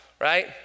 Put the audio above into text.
right